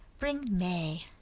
bring may!